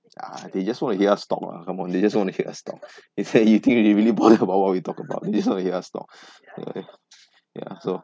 ah they just want to hear us talk lah some more they just want to hear us talk it's like you think they really bother about what we talk about this [one] you ask lor okay ya so